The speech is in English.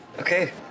Okay